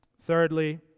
Thirdly